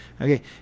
Okay